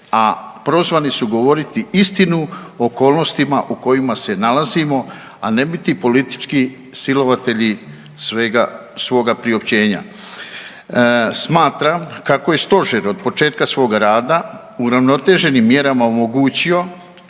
a prozvani su govoriti istinu o okolnostima u kojima se nalazimo, a ne biti politički silovatelji svega, svoga priopćenja. Smatram kako je stožer od početka svoga rada uravnoteženim mjerama omogućio